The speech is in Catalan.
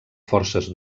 forces